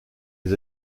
les